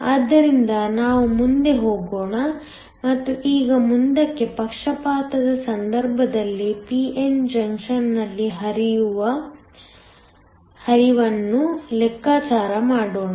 ಆದ್ದರಿಂದ ನಾವು ಮುಂದೆ ಹೋಗೋಣ ಮತ್ತು ಈಗ ಮುಂದಕ್ಕೆ ಪಕ್ಷಪಾತದ ಸಂದರ್ಭದಲ್ಲಿ p n ಜಂಕ್ಷನ್ನಲ್ಲಿ ಹರಿವನ್ನು ಲೆಕ್ಕಾಚಾರ ಮಾಡೋಣ